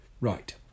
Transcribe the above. Right